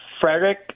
Frederick